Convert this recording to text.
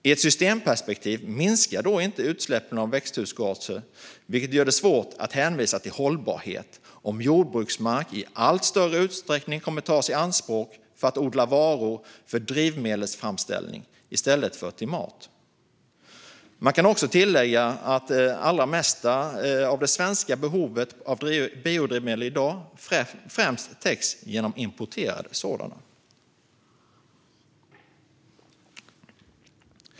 I ett systemperspektiv minskar inte utsläppen av växthusgaser, vilket gör det svårt att hänvisa till hållbarhet om jordbruksmark i allt större utsträckning kommer att tas i anspråk för att odla varor för drivmedelsframställning i stället för mat. Man kan också tillägga att det mesta av det svenska behovet av biodrivmedel i dag främst täcks genom importerad sådan.